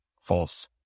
false